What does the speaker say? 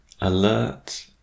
alert